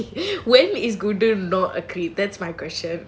when is goondon not a creep that's my question